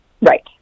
Right